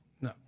no